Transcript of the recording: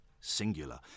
singular